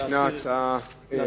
יש